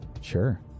Sure